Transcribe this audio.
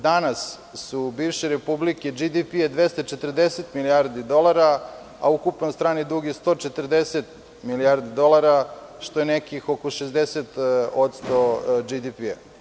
Danas, u bivšoj republici, BDP je 240 milijardi dolara, a ukupan strani dug je 140 milijardi dolara, što je oko 60% BDP.